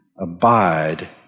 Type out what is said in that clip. Abide